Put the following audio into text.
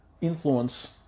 influence